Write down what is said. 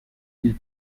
ils